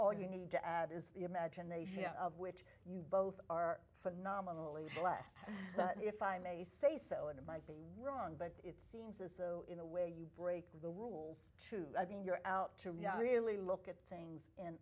all you need to add is the imagination of which you both are phenomenally blessed if i may say so and it might be wrong but it seems as though in a way you break the rules to i mean you're out to me i really look at things in